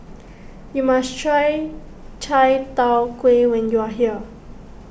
you must try Chai Tow Kway when you are here